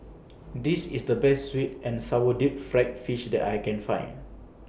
This IS The Best Sweet and Sour Deep Fried Fish that I Can Find